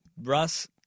Russ